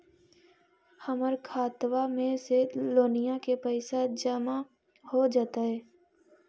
हमर खातबा में से लोनिया के पैसा जामा हो जैतय?